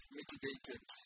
mitigated